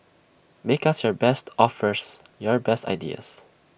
make us your best offers your best ideas